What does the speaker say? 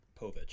Povich